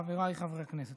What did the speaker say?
חבריי חברי הכנסת,